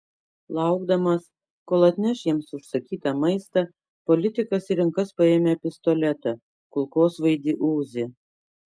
laukdamas kol atneš jiems užsakytą maistą politikas į rankas paėmė pistoletą kulkosvaidį uzi